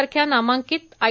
सारख्या नामांकित आय